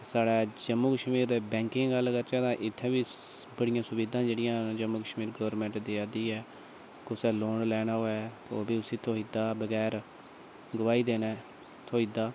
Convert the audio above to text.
साढ़े जम्मू कश्मीर दी बैंकिंग च बी इन्नी सुविधा न जम्मू कश्मीर गोरमैंट देआ दी ऐ कुसै लोन लैना होए तां ओह् बी उसी थ्होई जंदा बगैर गवाही पाए दे थ्होई जंदा